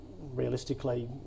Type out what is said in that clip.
realistically